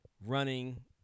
running